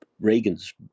Reagan's